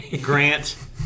Grant